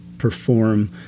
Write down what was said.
perform